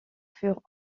furent